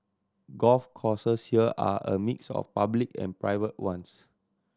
golf courses here are a mix of public and private ones